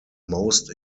most